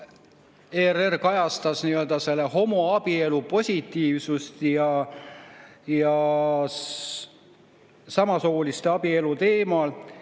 ERR kajastas nii-öelda homoabielu positiivsust ja samasooliste abielu teemat,